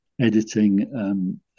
editing